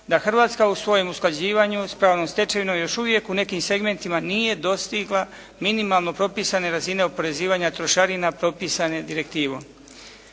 da Hrvatska u svojem usklađivanju sa pravnom stečevinom još uvijek u nekim segmentima nije dostigla minimalno propisane razine oporezivanja trošarina propisane direktivom.